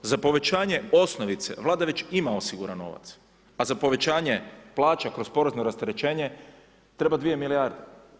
Za povećanje osnovice Vlada već ima osiguran novac, a za povećanje plaća kroz porezno rasterećenje treba 2 milijarde.